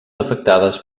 afectades